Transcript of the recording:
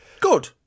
Good